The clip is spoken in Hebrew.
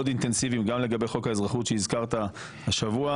אינטנסיביים גם לגבי חוק האזרחות שהזכרת השבוע,